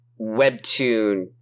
webtoon